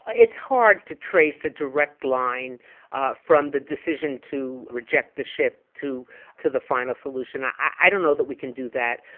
it's hard to trace a direct line from the decision to reject the ship to to the final solution. i i don't know that we can do that,